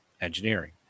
engineering